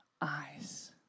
eyes